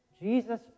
Jesus